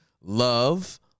Love